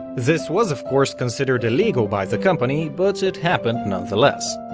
this was, of course, considered illegal by the company, but it happened nonetheless.